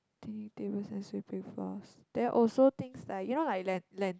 cleaning tables and sweeping floors there are also things like you know like lan~